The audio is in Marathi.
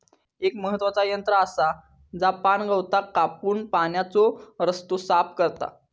एक महत्त्वाचा यंत्र आसा जा पाणगवताक कापून पाण्याचो रस्तो साफ करता